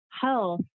health